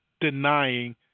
denying